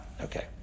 Okay